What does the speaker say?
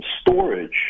storage